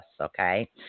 okay